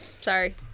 Sorry